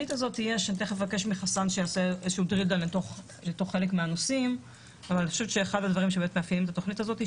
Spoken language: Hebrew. אני חושבת שאחד הדברים שמאפיינים את התוכנית הזו הוא